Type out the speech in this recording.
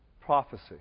prophecy